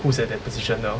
who's at that position now